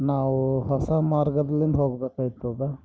ನಾವು ಹೊಸ ಮಾರ್ಗದಲ್ಲಿಂದ ಹೋಗ್ಬೇಕಾಯ್ತದ